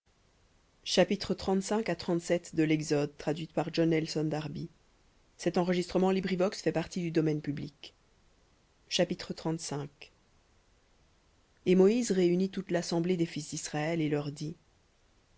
chapitre et moïse réunit toute l'assemblée des fils d'israël et leur dit